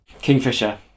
Kingfisher